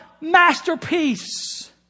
Masterpiece